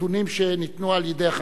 הנתונים שניתנו על-ידי אחת הוועדות.